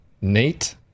Nate